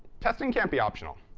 testing can't be optional.